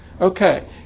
Okay